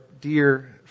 dear